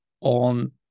on